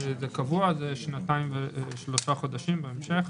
זה קבוע בסעיף בהמשך: